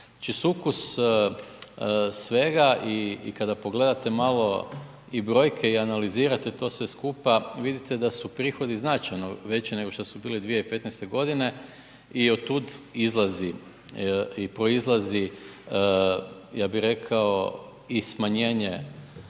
Znači sukus svega i kada pogledate malo i brojke i analizirate to sve skupa vidite da su prihodi značajno veći nego što su bili 2015. godine i od tud izlazi i poizlazi ja bih rekao i smanjenje